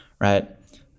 right